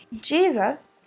Jesus